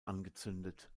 angezündet